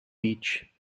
beach